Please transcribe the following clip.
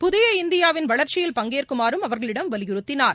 புதிய இந்தியா வின் வளர்ச்சியில் பங்கேற்குமாறும் அவர்களிடம் வலியுறுத்தினார்